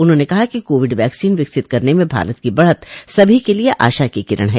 उन्होंने कहा कि कोविड वैक्सीन विकसित करने में भारत की बढ़त सभी के लिए आशा की किरण है